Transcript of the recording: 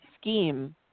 scheme